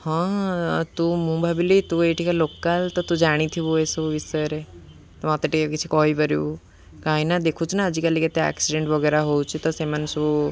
ହଁ ତୁ ମୁଁ ଭାବିଲି ତୁ ଏଇଠିକା ଲୋକାଲ ତ ତୁ ଜାଣିଥିବୁ ଏଇସବୁ ବିଷୟରେ ତ ମତେ ଟିକେ କିଛି କହିପାରିବୁ କାହିଁକନା ଦେଖୁଚୁ ନା ଆଜିକାଲି କେତେ ଆକ୍ସିଡେଣ୍ଟ ବଗେରା ହଉଚି ତ ସେମାନେ ସବୁ